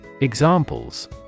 Examples